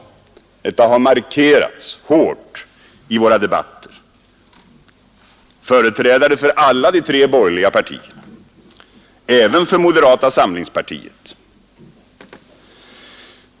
Detta har markerats hårt i våra debatter av företrädare för alla de tre borgerliga partierna, således även för moderata samlingspartiet.